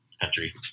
country